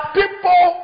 people